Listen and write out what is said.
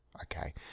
okay